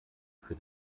für